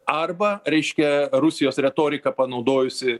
arba reiškia rusijos retorika panaudojusi